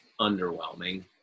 underwhelming